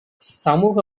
சமூக